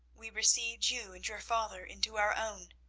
we received you and your father into our own,